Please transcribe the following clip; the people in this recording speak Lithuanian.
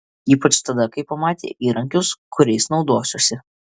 ypač tada kai pamatė įrankius kuriais naudosiuosi